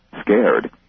scared